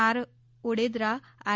R Odedara R